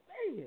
Man